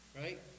right